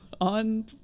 on